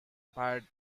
bad